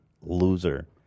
Loser